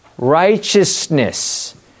righteousness